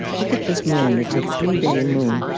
look at this moon. it's a three-day moon.